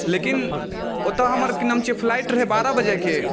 लेकिन ओतऽ हमर की नाम छियै फ्लाइट रहै बारह बजेकेँ